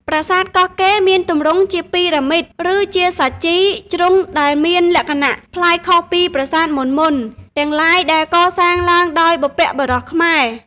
ប្រាសាទកោះកេរមានទម្រង់ជាពីរ៉ាមីត ឬជាសាជី ជ្រុងដែលមានលក្ខណៈប្លែកខុសពីប្រាសាទមុនៗ ទាំងឡាយដែលកសាងឡើងដោយ បុព្វបុរសខ្មែរ ។